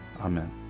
Amen